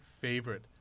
favorite